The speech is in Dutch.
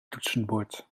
toetsenbord